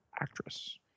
actress